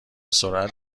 سرعت